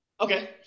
Okay